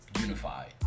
unified